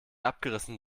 abgerissen